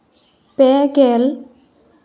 ᱯᱮ ᱜᱮᱞ